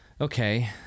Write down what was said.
okay